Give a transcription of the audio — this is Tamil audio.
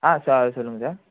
ஆ சா சொல்லுங்கள் சார்